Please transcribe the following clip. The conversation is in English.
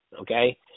okay